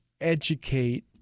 educate